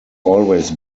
always